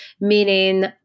Meaning